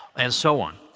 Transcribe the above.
and so on.